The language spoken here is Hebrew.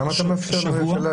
למה אתה מאפשר את זה לממשלה?